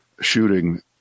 shooting